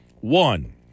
one